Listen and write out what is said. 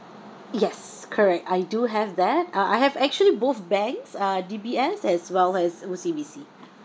yes correct I do have that uh I have actually both banks uh D_B_S as well as O_C_B_C